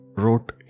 wrote